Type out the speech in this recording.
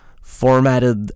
formatted